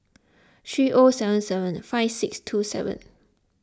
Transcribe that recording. three O seven seven five six two seven